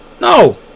No